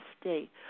state